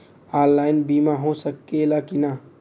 Online बीमा हो सकेला की ना?